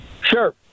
Sure